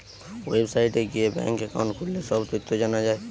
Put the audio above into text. ওয়েবসাইটে গিয়ে bank account খুললে সব তথ্য জানা যায়